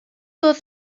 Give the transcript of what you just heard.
oedd